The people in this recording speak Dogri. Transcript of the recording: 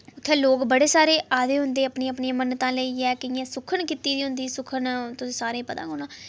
उत्थै लोक बड़े सारे आए दे होंदे अपनी अपनियां मन्नतां लेइयै केइयें सुक्खन कीती दी होंदी सुक्खन तुसें सारें ई पता गै होना